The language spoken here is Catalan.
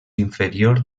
inferior